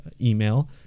email